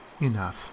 enough